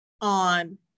on